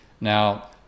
Now